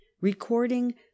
Recording